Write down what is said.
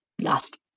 last